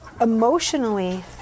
emotionally